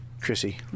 Chrissy